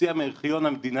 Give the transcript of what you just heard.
הוציאה מארכיון המדינה,